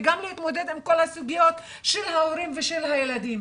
וגם להתמודד עם כל הסוגיות של ההורים ושל הילדים,